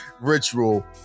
ritual